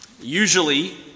usually